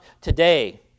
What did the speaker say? today